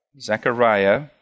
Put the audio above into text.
Zechariah